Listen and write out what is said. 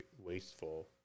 wasteful